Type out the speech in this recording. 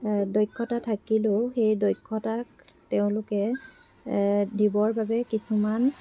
দক্ষতা থাকিলেও সেই দক্ষতাক তেওঁলোকে দিবৰ বাবে কিছুমান